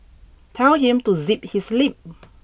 tell him to zip his lip